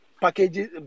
packages